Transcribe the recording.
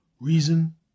reason